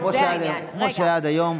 כמו שהיה עד היום,